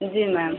जी ma'am